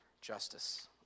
justice